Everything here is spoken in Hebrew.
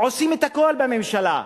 עושים את הכול בממשלה,